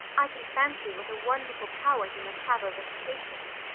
i can fancy what a wonderful power he must have over his patients.